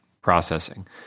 processing